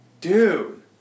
Dude